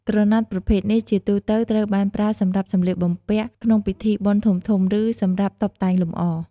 ក្រណាត់ប្រភេទនេះជាទូទៅត្រូវបានប្រើសម្រាប់សំលៀកបំពាក់ក្នុងពិធីបុណ្យធំៗ ឬសម្រាប់តុបតែងលម្អ។